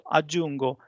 aggiungo